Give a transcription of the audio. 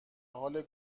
حال